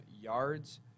yards